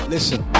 Listen